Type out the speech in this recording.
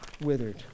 withered